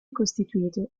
costituito